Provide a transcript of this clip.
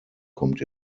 kommt